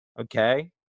Okay